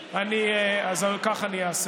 כך אני אעשה.